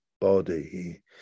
body